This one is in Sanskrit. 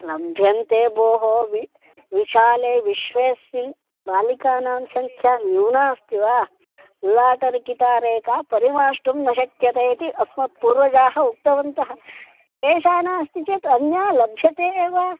लभ्यन्ते भोः वि विशाले विश्वेस्मिन् बालिकानां सङ्ख्या न्यूना अस्ति वा ललाटलिखिता रेखा परिमार्ष्टुं न शक्यते इति अस्मत्पूर्वजाः उक्तवन्तः एषा नास्ति चेत् अन्या लभ्यते एव